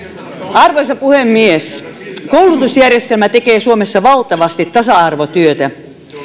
arvoisa puhemies koulutusjärjestelmä tekee suomessa valtavasti tasa arvotyötä